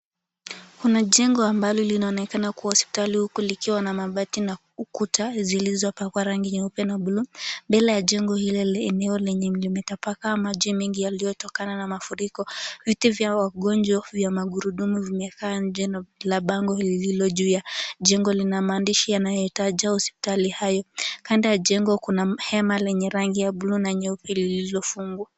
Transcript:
Kuna jengo ambalo linaonekana kuwa hospitali huku likiwa na mabati na ukuta, zilizopakwa rangi ya nyeupe na bluu. Mbele ya jengo hilo la eneo lenye limetapakaa maji yaliyotokana na mafuriko. Vitu vya wagonjwa vya magurudumu vimekaa nje, na la bango lililo juu. Jengo lina maandishi yanayolitaja hospitali hayo. Kando ya jengo kuna hema lenye rangi ya bluu na nyeupe lilifungwa.